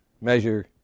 measure